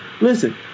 Listen